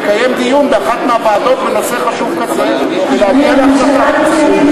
דיון באחת מהוועדות בנושא חשוב כזה ולהגיע להחלטה.